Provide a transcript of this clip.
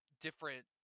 different